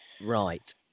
Right